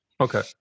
Okay